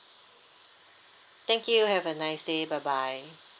thank you have a nice day bye bye